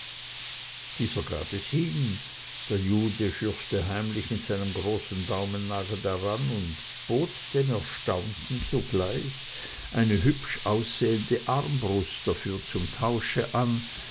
dietegen gab es hin der jude schürfte heimlich mit seinem großen daumnagel daran und bot dem erstaunten sogleich eine hübsch aussehende armbrust dafür zum tausch an